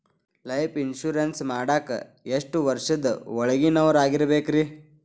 Life insurance ಮಾಡಾಕ ಎಷ್ಟು ವರ್ಷದ ಒಳಗಿನವರಾಗಿರಬೇಕ್ರಿ?